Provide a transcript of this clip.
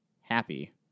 happy